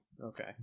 Okay